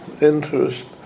interest